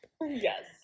yes